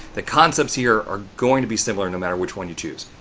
the concepts here are going to be similar, no matter which one you choose.